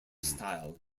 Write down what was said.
style